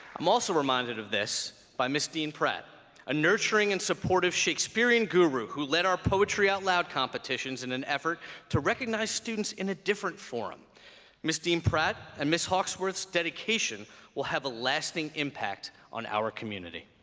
i'm also reminded of this by ms. dean-pratt a nurturing and supportive shakespearean guru who led our poetry out loud competitions in an effort to recognize students in a different forum ms. dean-pratt and miss hawkesworth's dedication will have a lasting impact on our community